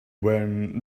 when